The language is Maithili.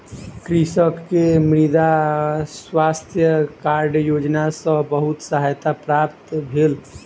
कृषक के मृदा स्वास्थ्य कार्ड योजना सॅ बहुत सहायता प्राप्त भेल